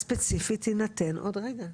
התשובה הספציפית תינתן עוד רגע.